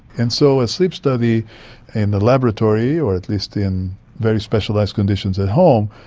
and so a sleep study in the laboratory or at least in very specialised conditions at home,